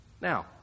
Now